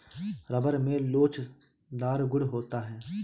rubber में लोचदार गुण होता है